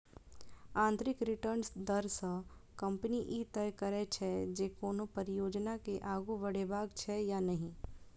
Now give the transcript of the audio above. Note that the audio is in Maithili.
आंतरिक रिटर्न दर सं कंपनी ई तय करै छै, जे कोनो परियोजना के आगू बढ़ेबाक छै या नहि